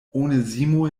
onezimo